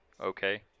okay